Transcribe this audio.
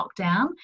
lockdown